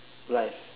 life